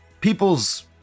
people's